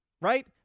right